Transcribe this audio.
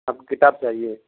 آپ کو کتاب چاہیے